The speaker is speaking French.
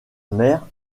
mère